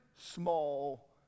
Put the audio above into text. small